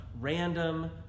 random